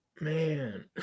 Man